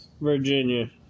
Virginia